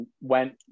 went